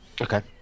Okay